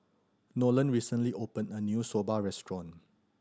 Nolen recently opened a new Soba restaurant